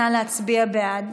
נא להצביע בעד.